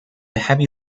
heavy